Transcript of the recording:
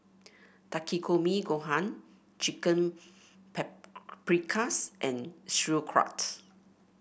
Takikomi Gohan Chicken Paprikas and Sauerkraut